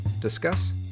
discuss